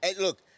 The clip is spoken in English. Look